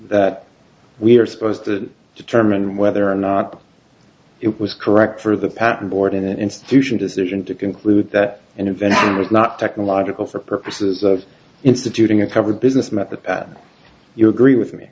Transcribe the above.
that we are supposed to determine whether or not it was correct for the patton board in an institution decision to conclude that an event was not technological for purposes of instituting a cover business meant that that you agree with me